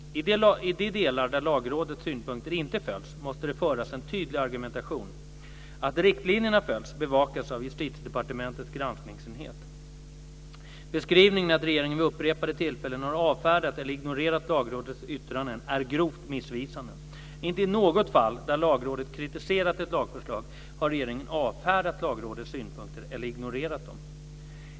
I de delar där Lagrådets synpunkter inte följts, måste det föras en tydlig argumentation. Att riktlinjerna följs bevakas av Justitiedepartementets granskningsenhet. Beskrivningen att regeringen vid upprepade tillfällen har avfärdat eller ignorerat Lagrådets yttranden är grovt missvisande. Inte i något fall där Lagrådet kritiserat ett lagförslag har regeringen avfärdat Lagrådets synpunkter eller ignorerat dem.